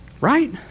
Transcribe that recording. Right